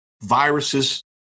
Viruses